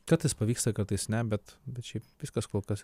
kartais pavyksta kartais ne bet bet šiaip viskas kol kas